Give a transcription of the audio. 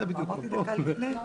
זה שינוי כל סדר העולם של כל הבחירות.